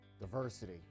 Diversity